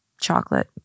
chocolate